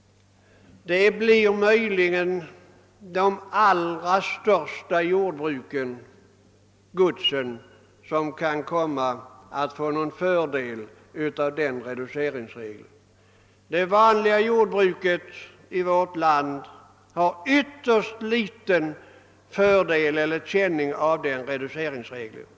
Det blir möjligen de allra största jordbruken, som kan få någon fördel av denna reduceringsregel. De vanliga jordbrukarna i vårt land har ytterst liten känning av den reduceringsregeln.